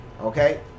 okay